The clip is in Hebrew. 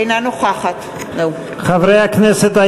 אינה נוכחת חברי הכנסת,